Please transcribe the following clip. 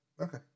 Okay